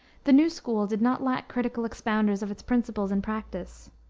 the new school did not lack critical expounders of its principles and practice.